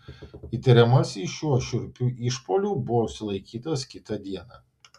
įtariamasis šiuo šiurpiu išpuoliu buvo sulaikytas kitą dieną